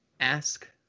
ask